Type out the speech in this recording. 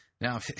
Now